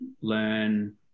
learn